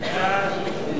סעיף 20,